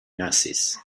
nazis